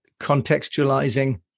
contextualizing